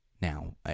now